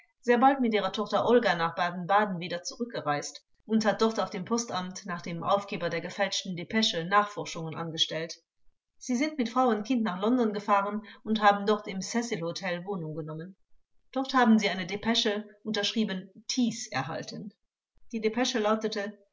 sehr bald mit ihrer tochter olga nach baden-baden wieder zurückgereist und hat dort auf dem postamt nach dem aufgeber der gefälschten depesche nachforschungen angestellt sie sind mit frau und kind nach london gefahren und haben dort im cecil hotel wohnung genommen dort haben sie eine depesche unterschrieben thies erhalten die depesche lautete